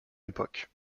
époque